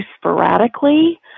sporadically